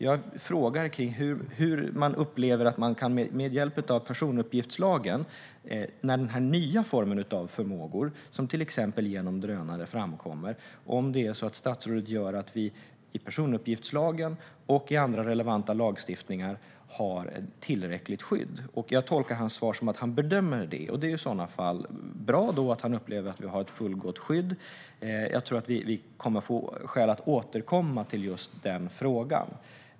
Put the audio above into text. Jag frågar om statsrådet upplever att vi, när det gäller den nya form av förmågor som till exempel drönare möjliggör, i personuppgiftslagen och annan relevant lagstiftning har ett tillräckligt skydd. Jag tolkar hans svar som att han bedömer att vi har ett fullgott skydd, och det är i så fall bra. Jag tror att vi kommer att få skäl att återkomma till den frågan.